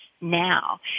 now